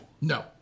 No